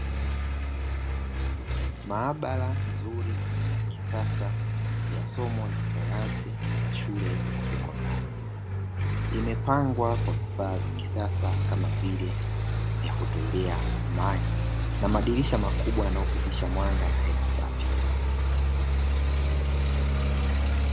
Maabara nzuri na ya kisasa ya somo la sayansi ya shule ya sekondari. Imepangwa kwa vifaa vya kisasa kama vile vya kutolea maji. Na madirisha makubwa yanayopitisha mwanga na hewa safi.